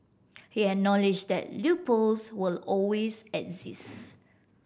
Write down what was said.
he acknowledge that loopholes will always exist